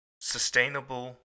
sustainable